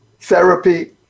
therapy